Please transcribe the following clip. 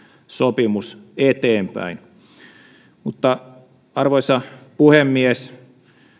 sopimus eteenpäin arvoisa puhemies